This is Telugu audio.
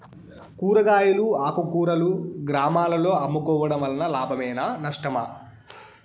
కూరగాయలు ఆకుకూరలు గ్రామాలలో అమ్ముకోవడం వలన లాభమేనా నష్టమా?